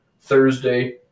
Thursday